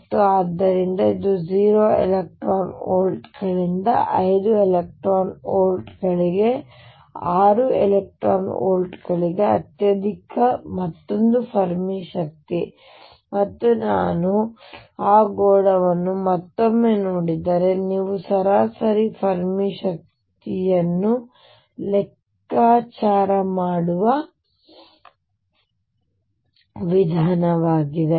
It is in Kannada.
ಮತ್ತು ಆದ್ದರಿಂದ ಇದು 0 ಎಲೆಕ್ಟ್ರಾನ್ ವೋಲ್ಟ್ ಗಳಿಂದ 5 ಎಲೆಕ್ಟ್ರಾನ್ ವೋಲ್ಟ್ ಗಳಿಗೆ 6 ಎಲೆಕ್ಟ್ರಾನ್electron ವೋಲ್ಟ್ಗಳಿಗೆ ಅತ್ಯಧಿಕ ಮತ್ತೊಂದು ಫೆರ್ಮಿ ಶಕ್ತಿ ಮತ್ತು ನಾನು ಆ ಗೋಳವನ್ನು ಮತ್ತೊಮ್ಮೆ ನೋಡಿದರೆ ನೀವು ಸರಾಸರಿ ಫೆರ್ಮಿ ಶಕ್ತಿಯನ್ನು ಲೆಕ್ಕಾಚಾರ ಮಾಡುವ ವಿಧಾನವಾಗಿದೆ